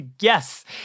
Yes